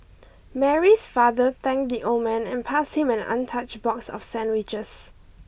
Mary's father thanked the old man and passed him an untouched box of sandwiches